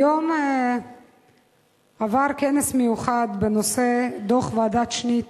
היום היה כנס מיוחד בנושא דוח ועדת-שניט